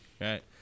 right